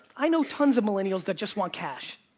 i know tons of millennials that just want cash.